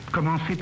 Commencer